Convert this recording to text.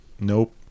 nope